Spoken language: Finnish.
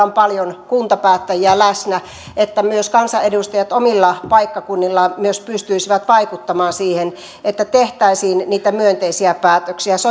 on paljon kuntapäättäjiä läsnä että kansanedustajat omilla paikkakunnillaan myös pystyisivät vaikuttamaan siihen että tehtäisiin niitä myönteisiä päätöksiä se